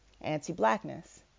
Anti-blackness